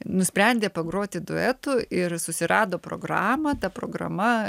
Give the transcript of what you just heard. nusprendė pagroti duetu ir susirado programą ta programa